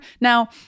Now